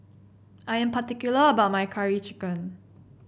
I am particular about my Curry Chicken